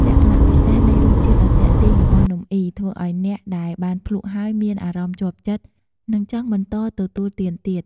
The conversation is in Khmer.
លក្ខណៈពិសេសនៃរសជាតិដ៏ទាក់ទាញរបស់នំអុី ធ្វើឱ្យអ្នកដែលបានភ្លក់ហើយមានអារម្មណ៍ជាប់ចិត្ត និងចង់បន្តទទួលទានទៀត។